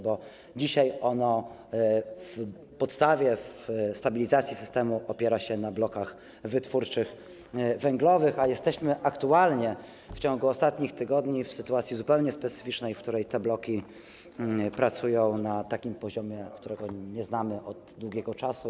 Bo dzisiaj, jeśli chodzi o podstawę, stabilizację systemu, opiera się ono na blokach wytwórczych węglowych, a jesteśmy w ciągu ostatnich tygodni w sytuacji zupełnie specyficznej, w której te bloki pracują na takim poziomie, którego nie znamy od długiego czasu.